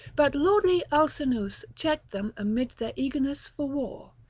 but lordly alcinous checked them amid their eagerness for war.